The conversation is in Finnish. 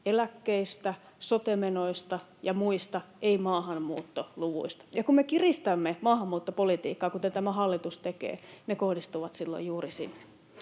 eläkkeistä, sote-menoista ja muista, ei maahanmuuttoluvuista. Ja kun me kiristämme maahanmuuttopolitiikkaa, kuten tämä hallitus tekee, ne kohdistuvat silloin juuri sinne.